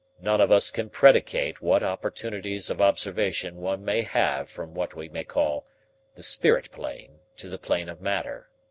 none of us can predicate what opportunities of observation one may have from what we may call the spirit plane to the plane of matter.